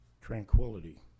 Tranquility